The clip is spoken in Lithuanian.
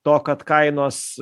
to kad kainos